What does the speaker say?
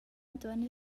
entuorn